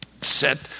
Set